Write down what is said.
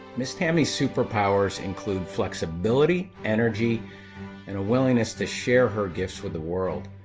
miss tammy's super powers include flexibility, energy and a willingness to share her gifts with the world.